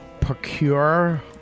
Procure